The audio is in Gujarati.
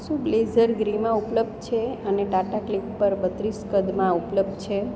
શું બ્લેઝર ગ્રેમાં ઉપલબ્ધ છે અને ટાટા ક્લિક પર બત્રીસ કદમાં ઉપલબ્ધ છે